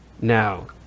Now